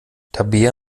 tabea